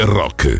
rock